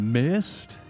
missed